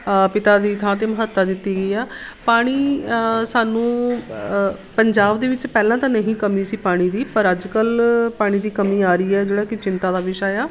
ਪਿਤਾ ਦੀ ਥਾਂ 'ਤੇ ਮਹੱਤਤਾ ਦਿੱਤੀ ਗਈ ਆ ਪਾਣੀ ਸਾਨੂੰ ਪੰਜਾਬ ਦੇ ਵਿੱਚ ਪਹਿਲਾਂ ਤਾਂ ਨਹੀਂ ਕਮੀ ਸੀ ਪਾਣੀ ਦੀ ਪਰ ਅੱਜ ਕੱਲ੍ਹ ਪਾਣੀ ਦੀ ਕਮੀ ਆ ਰਹੀ ਹੈ ਜਿਹੜਾ ਕਿ ਚਿੰਤਾ ਦਾ ਵਿਸ਼ਾ ਆ